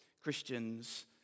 Christians